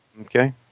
Okay